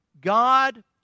God